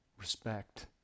Respect